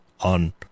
on